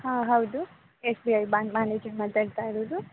ಹಾಂ ಹೌದು S B I bank manager ಮಾತಾಡ್ತಾ ಇರೋದು